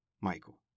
michael